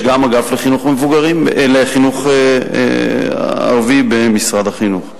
יש גם אגף לחינוך ערבי במשרד החינוך.